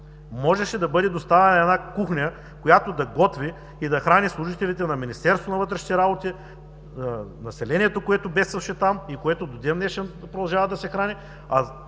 Можеше да бъде доставена една кухня, която да готви и да храни служителите на Министерството на вътрешните работи, населението, което бедстваше там и което до ден-днешен продължава да се храни, а